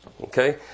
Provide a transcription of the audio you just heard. okay